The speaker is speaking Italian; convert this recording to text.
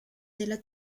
della